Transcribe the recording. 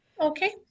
Okay